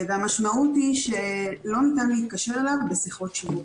המשמעות היא שלא ניתן להתקשר אליו בשיחות שיווק.